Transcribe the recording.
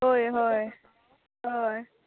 हय हय हय